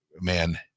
man